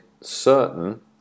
certain